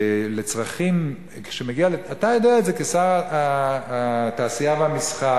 אתה יודע את זה כשר התעשייה והמסחר,